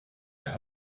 mehr